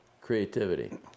creativity